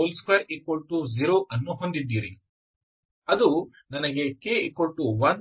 ಆದ್ದರಿಂದ ನೀವು k 120 ಅನ್ನು ಹೊಂದಿದ್ದೀರಿ ಅದು ನನಗೆ k11